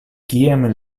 kiam